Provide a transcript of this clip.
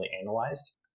analyzed